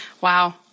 Wow